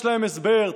יש להם הסבר.